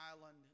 Island